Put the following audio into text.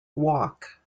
walk